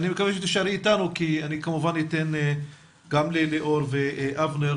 אני מקווה שתישארי איתנו כי אני כמובן אתן גם לליאור ואבנר,